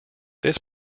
this